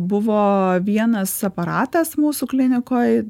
buvo vienas aparatas mūsų klinikoj